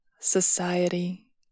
Society